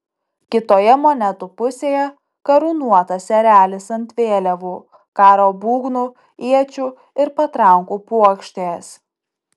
kitoje monetų pusėje karūnuotas erelis ant vėliavų karo būgnų iečių ir patrankų puokštės